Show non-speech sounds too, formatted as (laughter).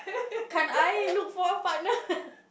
can I look for a partner (laughs)